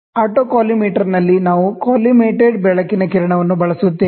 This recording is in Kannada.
ಆದ್ದರಿಂದ ಆಟೋಕಾಲಿಮೇಟರ್ನಲ್ಲಿ ನಾವು ಕೊಲಿಮೇಟೆಡ್ ಬೆಳಕಿನ ಕಿರಣವನ್ನು ಬಳಸುತ್ತೇವೆ